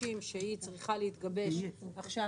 וזה יחסוך